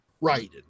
right